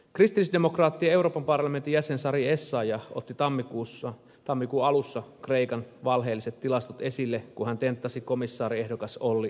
kristillisdemokraattien euroopan parlamentin jäsen sari essayah otti tammikuun alussa kreikan valheelliset tilastot esille kun hän tenttasi komissaariehdokas olli rehniä